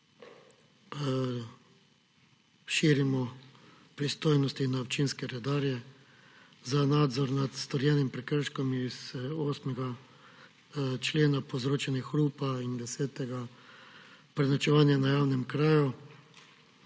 širimo pristojnosti na občinske redarje za nadzor nad storjenim prekrškom iz 8. člena –povzročanje hrupa in 10. člena – prenočevanje na javnem kraju.